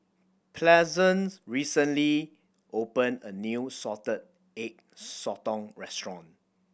Pleasant recently opened a new Salted Egg Sotong restaurant